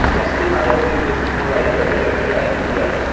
लकड़ी बी साढ़े कोल मजबूत लाई दी बधिया लकड़ी लाई दी होंदी असें